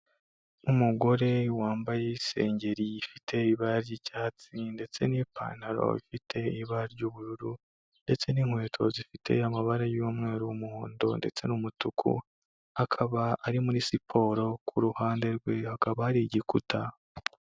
Umugore wambaye isengeri ifite ibara ry'icyatsi ndetse n'ipantaro ifite ibara ry'ubururu ndetse n'inkweto zifite amabara y'umweru, umuhondo ndetse n'umutuku, akaba ari muri siporo, ku ruhande rwe hakaba hari igikuta.